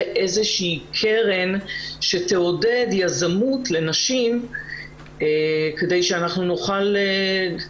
איזושהי קרן שתעודד יזמות לנשים כדי שאנחנו נוכל ---.